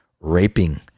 raping